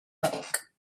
book